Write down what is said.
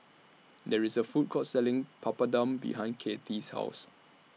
There IS A Food Court Selling Papadum behind Kathy's House